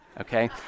okay